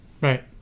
right